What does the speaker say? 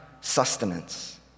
sustenance